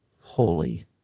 holy